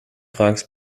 fragst